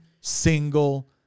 single